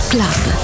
Club